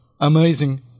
amazing